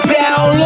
down